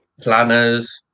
planners